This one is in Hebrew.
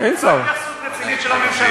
התייחסות רצינית של הממשלה.